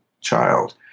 child